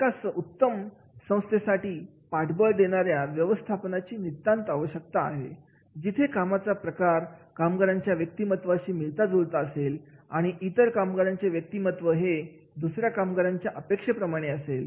एका सर्वोत्तम संस्थेसाठी पाठबळ देणाऱ्या व्यवस्थापनाची नितांत आवश्यकता आहे जिथे कामाचा प्रकार कामगारांच्या व्यक्तिमत्वाशी मिळता जुळता असेल आणि इतर कामगारांचे व्यक्तिमत्व हे दुसऱ्या कामगारांच्या अपेक्षेप्रमाणे असेल